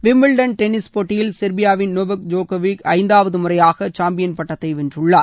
Wimbledon tennis போட்டியில் செர்பியாவின் Novak ஜோக்கோவிட்ச் ஐந்தாவது முறையாக சாம்பியன் பட்டத்தை வென்றுள்ளார்